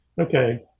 okay